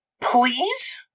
please